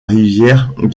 rivière